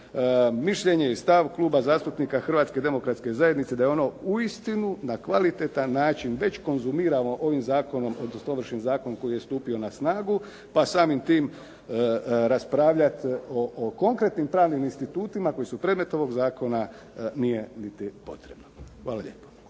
mišljenje i stav Kluba zastupnika Hrvatske demokratske zajednice da je ono uistinu na kvalitetan način već konzumirano ovim zakonom odnosno Ovršnim zakonom koji je stupio na snagu pa samim time raspravljati o konkretnim pravnim institutima koji su predmet ovog zakona nije niti potrebno. Hvala lijepo.